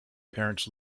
parents